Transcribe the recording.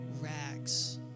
rags